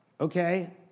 okay